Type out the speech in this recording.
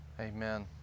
Amen